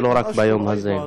ולא רק ביום הזה.